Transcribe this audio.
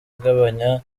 agabanya